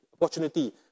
opportunity